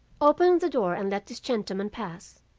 open the door and let this gentleman pass.